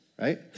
Right